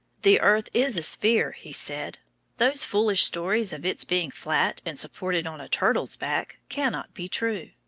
the earth is a sphere, he said those foolish stories of its being flat and supported on a turtle's back cannot be true.